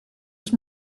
ich